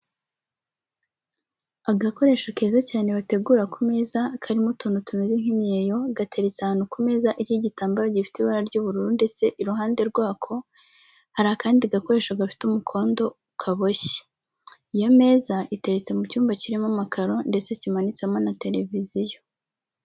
Agakoresho keza cyane bategura ku meza, karimo utuntu tumeze nk'imyeyo, gateretse ahantu ku meza iriho igitambaro gifite ibara ry'ubururu ndetse iruhande rwako hari akandi gakoresho gafite umukondo kaboshye. Iyo meza iteretse mu cyumba kirimo amakaro ndetse kimanitsemo na televiziyo.